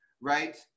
right